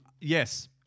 Yes